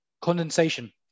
condensation